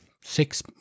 six